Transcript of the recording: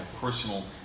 personal